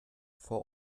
vor